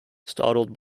startled